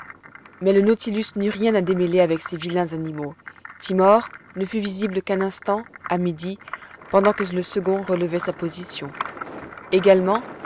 mais le nautilus n'eut rien à démêler avec ces vilains animaux timor ne fut visible qu'un instant à midi pendant que le second relevait sa position également